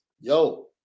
yo